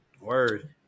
Word